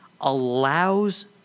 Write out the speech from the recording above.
allows